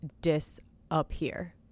disappear